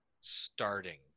starting